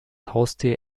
haustier